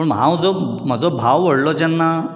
पूण हांव जो म्हजो भाव व्हडलो जेन्ना